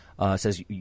says